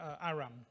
Aram